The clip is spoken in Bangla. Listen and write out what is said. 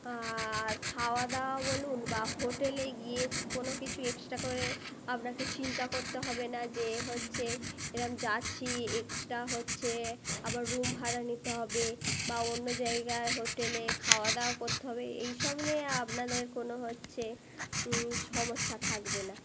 আর খাওয়া দাওয়া বলুন বা হোটেলে গিয়ে কোনো কিছু এক্সট্রা করে আপনাকে চিন্তা করতে হবে না যে হচ্ছে এরম যাচ্ছি এক্সট্রা হচ্ছে আবার রুম ভাড়া নিতে হবে বা অন্য জায়গায় হোটেলে খাওয়া দাওয়া করতে হবে এই সব নিয়ে আপনাদের কোনো হচ্ছে সমস্যা থাকবে না